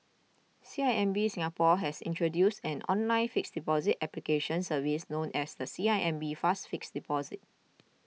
C I M B Singapore has introduced an online fixed deposit application service known as the C I M B Fast Fixed Deposit